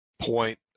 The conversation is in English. point